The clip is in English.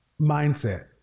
mindset